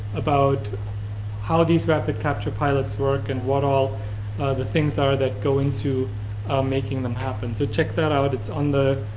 about how these rapid capture pilots work and what all the things are that go into making them happen. so check that out. it's on the